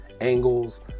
angles